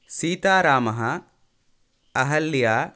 सीतारामः Ahalya